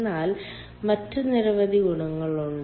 എന്നാൽ മറ്റ് നിരവധി ഗുണങ്ങളുണ്ട്